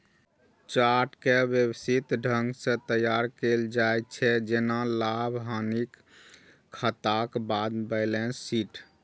chart कें व्यवस्थित ढंग सं तैयार कैल जाइ छै, जेना लाभ, हानिक खाताक बाद बैलेंस शीट